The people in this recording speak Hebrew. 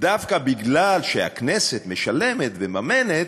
דווקא בגלל שהכנסת משלמת ומממנת,